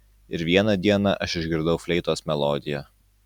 ir vieną dieną aš išgirdau fleitos melodiją